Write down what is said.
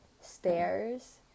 stairs